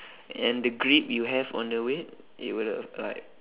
and the grip you have on the weight it will have like